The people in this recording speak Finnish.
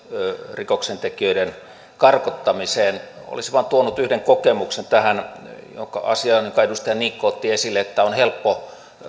rikoksentekijöiden karkottamiseen olisin vain tuonut yhden kokemuksen tähän asiaan jonka edustaja niikko otti esille sen että on helppo